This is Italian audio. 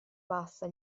bassa